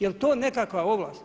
Jel to nekakva ovlast?